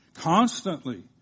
constantly